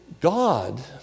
God